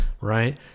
right